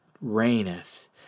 reigneth